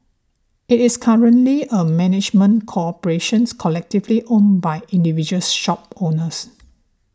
it is currently a management corporations collectively owned by individual's shop owners